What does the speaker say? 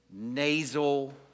nasal